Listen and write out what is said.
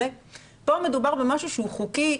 פה מדובר במשהו שהוא חוקי,